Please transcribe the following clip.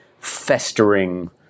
festering